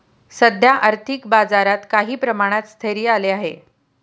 सध्या आर्थिक बाजारात काही प्रमाणात स्थैर्य आले आहे